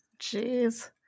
Jeez